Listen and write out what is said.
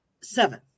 Seven